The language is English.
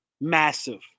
Massive